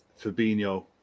Fabinho